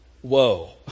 whoa